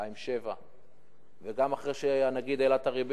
2.7%. וגם אחרי שהנגיד העלה את הריבית,